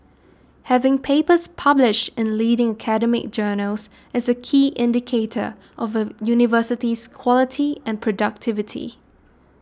having papers published in leading academic journals is a key indicator of a university's quality and productivity